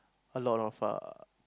a lot of err